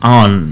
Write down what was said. on